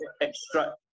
extract